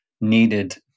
needed